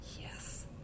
Yes